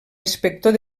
inspector